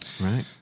Right